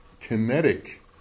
kinetic